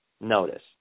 Notice